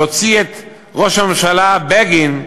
להוציא את ראש הממשלה בגין,